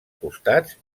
costats